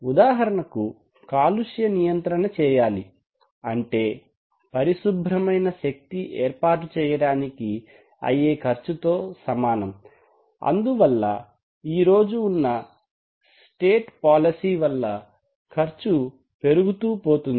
ఉదాహరణకు కాలుష్య నియంత్రణ చేయాలి అంటే పరిశుభ్రమైన శక్తి ఏర్పాటు చేయడానికి అయ్యే ఖర్చుతో సమానం అందువల్ల ఈరోజు ఉన్న స్టేట్ పాలసీ వలన ఖర్చు పెరుగుతూ పోతోంది